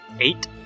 Eight